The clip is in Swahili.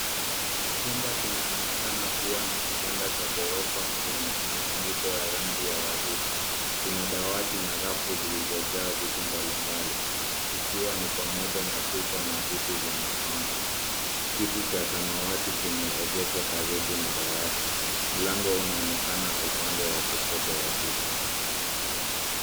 Chumba kinaonekana kuwa na kitanda cha ghorofa chenye matandiko ya rangi ya waridi. Kuna dawati na rafu zilizojaa vitu mbalimbali ikiwa ni pamoja na chupa na vitu vya mapambo. Kiti cha samawati kimeegeshwa karibu na dawati. Mlango unaonekana upande wa kushoto wa picha.